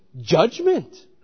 judgment